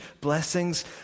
blessings